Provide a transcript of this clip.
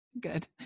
Good